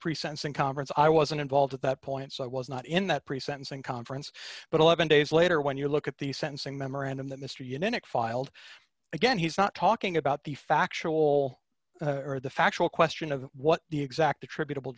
presents in congress i wasn't involved at that point so i was not in that pre sentencing conference but eleven days later when you look at the sentencing memorandum that mister unic filed again he's not talking about the factual or the factual question of what the exact attributable